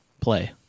Play